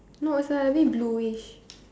no is like a bit blueish